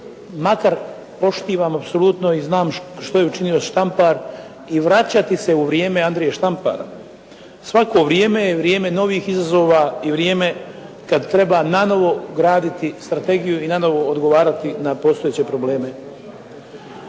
makar poštivam apsolutno i znam što je učinio Štampar i vraćati se u vrijeme Andrije Štampara, svako vrijeme je vrijeme novih izazova i vrijeme kad treba nanovo graditi strategiju i nanovo odgovarati na postojeće probleme.